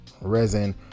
resin